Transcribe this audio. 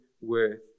worth